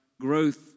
growth